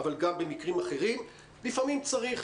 אבל גם במקרים אחרים לפעמים צריך,